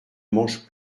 mange